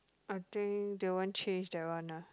I think they won't change that one lah